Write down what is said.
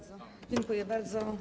Dziękuję bardzo.